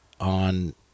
on